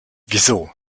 wieso